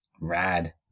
Rad